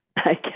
Okay